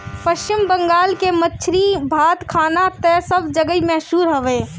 पश्चिम बंगाल के मछरी बात खाना तअ सब जगही मसहूर हवे